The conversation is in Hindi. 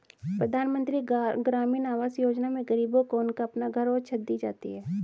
प्रधानमंत्री ग्रामीण आवास योजना में गरीबों को उनका अपना घर और छत दी जाती है